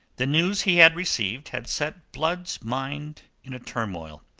the news he had received had set blood's mind in a turmoil.